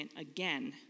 again